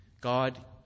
God